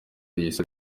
gisa